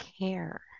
care